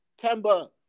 Kemba